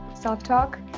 self-talk